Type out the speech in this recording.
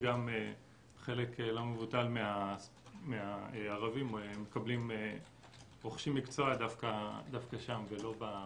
שחלק לא מבוטל מהערבים רוכשים מקצוע דווקא שם ולא באקדמיה.